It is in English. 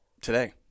today